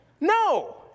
No